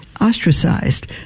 ostracized